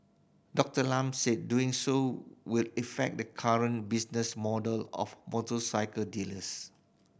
Doctor Lam said doing so will effect the current business model of motorcycle dealers